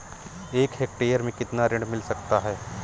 एक हेक्टेयर में कितना ऋण मिल सकता है?